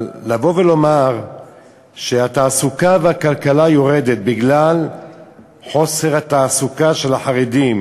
אבל לבוא ולומר שהתעסוקה והכלכלה יורדות בגלל חוסר התעסוקה של החרדים,